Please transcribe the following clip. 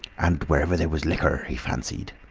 and wherever there was liquor he fancied